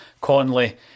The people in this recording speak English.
Conley